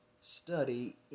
study